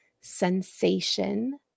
sensation